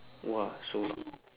!wah! so long